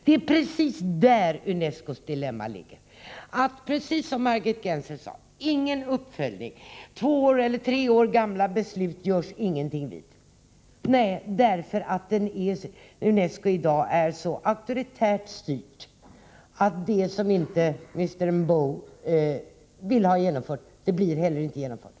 Det är precis där UNESCO:s dilemma ligger. Precis som Margit Gennser sade sker ingen uppföljning. Två eller tre år gamla beslut görs ingenting vid, på grund av att Nr 61 UNESCO i dag är så auktoritärt styrt att det som inte Mr M'Bow vill ha Tisdagen den genomfört inte heller blir genomfört.